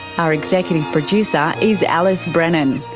our executive producer is alice brennan.